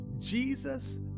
Jesus